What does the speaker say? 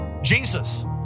Jesus